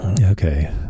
Okay